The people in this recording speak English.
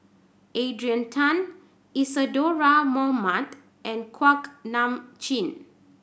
Adrian Tan Isadhora Mohamed and Kuak Nam Jin